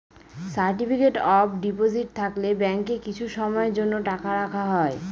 certificate of deposit থাকলে ব্যাঙ্কে কিছু সময়ের জন্য টাকা রাখা হয়